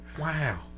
Wow